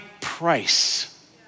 price